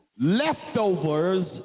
leftovers